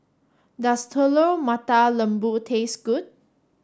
does Telur Mata Lembu taste good